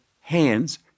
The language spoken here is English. hands